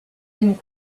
and